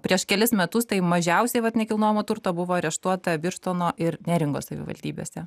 prieš kelis metus tai mažiausiai vat nekilnojamo turto buvo areštuota birštono ir neringos savivaldybėse